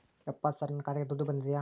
ಯಪ್ಪ ಸರ್ ನನ್ನ ಖಾತೆಗೆ ದುಡ್ಡು ಬಂದಿದೆಯ?